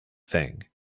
thing